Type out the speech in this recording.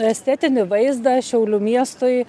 estetinį vaizdą šiaulių miestui